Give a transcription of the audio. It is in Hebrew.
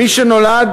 מי שנולד,